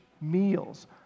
meals